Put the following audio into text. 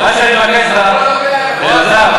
וגם של כל הבלוק, גם, לא, אל תאיימו עלי, וגם,